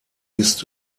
ist